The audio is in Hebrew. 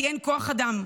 כי אין כוח אדם.